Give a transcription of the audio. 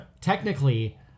Technically